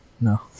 No